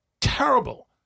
Terrible